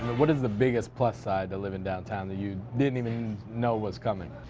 what is the biggest plus side to living downtown that you didn't even know what's coming?